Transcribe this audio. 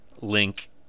link